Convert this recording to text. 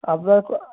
আপনার ক